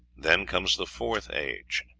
then comes the fourth age,